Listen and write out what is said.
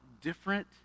different